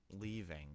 leaving